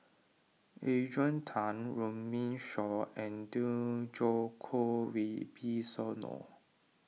Adrian Tan Runme Shaw and Djoko Wibisono